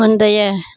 முந்தைய